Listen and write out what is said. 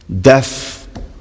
Death